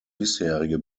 bisherige